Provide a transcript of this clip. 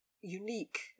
unique